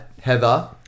Heather